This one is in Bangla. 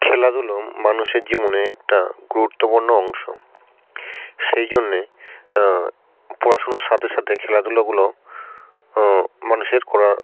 খেলাধুলো মানুষের জীবনে একটা গুরুত্বপূর্ণ অংশ সেই জন্যে পড়াশুনোর সাথে সাথে খেলাধুলোগুলো মানুষের করা